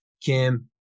Kim